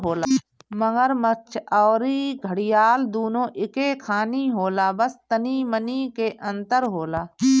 मगरमच्छ अउरी घड़ियाल दूनो एके खानी होला बस तनी मनी के अंतर होला